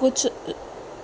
कुझु